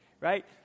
right